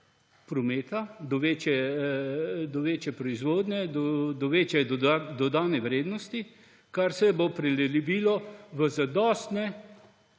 prometa, do večje proizvodnje, do večje dodane vrednosti, kar se bo prelevilo v zadostne